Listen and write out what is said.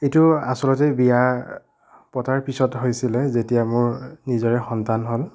এইটো আচলতে বিয়া পতাৰ পিছত হৈছিলে যেতিয়া মোৰ নিজৰে সন্তান হ'ল